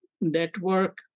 network